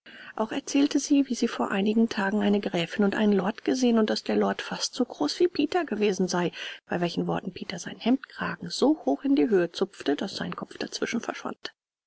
auch erzählte sie wie sie vor einigen tagen eine gräfin und einen lord gesehen und daß der lord fast so groß wie peter gewesen sei bei welchen worten peter seinen hemdkragen so hoch in die höhe zupfte daß sein kopf dazwischen verschwand